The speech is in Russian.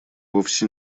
вовсе